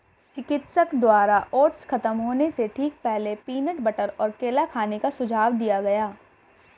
चिकित्सक द्वारा ओट्स खत्म होने से ठीक पहले, पीनट बटर और केला खाने का सुझाव दिया गया